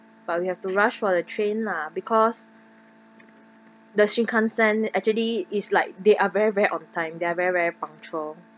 but we have to rush for the train lah because the shinkansen actually is like they are very very on time they're very very punctual